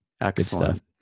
Excellent